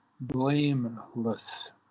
blameless